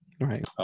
Right